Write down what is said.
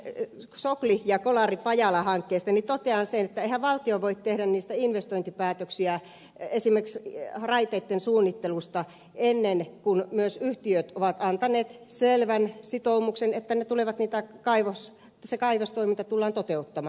ei saa peli ja kolaripajala hankkeesta totean sen että eihän valtio voi tehdä niistä investointipäätöksiä esimerkiksi raiteitten suunnittelusta ennen kuin myös yhtiöt ovat antaneet selvän sitoumuksen että se kaivostoiminta tullaan toteuttamaan